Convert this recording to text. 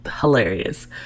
Hilarious